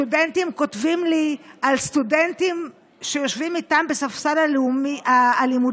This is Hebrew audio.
סטודנטים כותבים לי על סטודנטים שיושבים איתם בספסל הלימודים